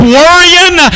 worrying